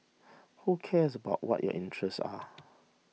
who cares about what your interests are